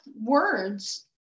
words